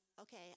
okay